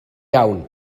iawn